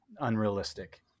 unrealistic